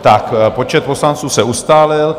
Tak počet poslanců se ustálil.